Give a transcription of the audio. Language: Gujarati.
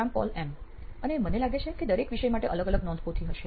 શ્યામ પોલ એમ અને મને લાગે છે કે દરેક વિષય માટે અલગ અલગ નોંધપોથી હશે